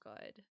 good